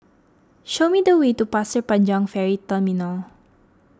show me the way to Pasir Panjang Ferry Terminal